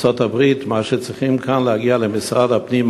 ארצות-הברית שצריכים להגיע למשרד הפנים,